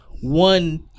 one